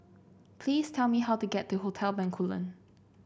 please tell me how to get to Hotel Bencoolen